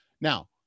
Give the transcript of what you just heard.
Now